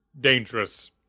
dangerous